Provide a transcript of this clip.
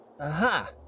Aha